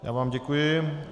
Já vám děkuji.